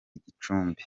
gicumbi